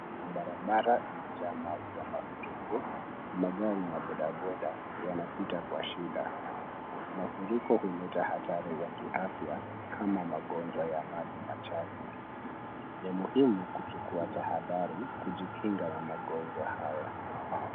Barabara imejaa maji ya mafuriko, magari na bodaboda yanapita kwa shida. Mafuriko huleta hatari za kiafya, kama magonjwa ya maji machafu. Ni muhimu kuchukua tahadhari kujikinga na magonjwa haya.